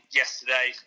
yesterday